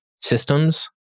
systems